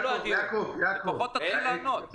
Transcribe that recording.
לפחות תתחיל לענות.